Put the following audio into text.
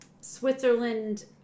Switzerland